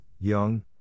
Young